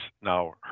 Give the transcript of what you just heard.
now